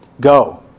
Go